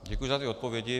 Děkuji za ty odpovědi.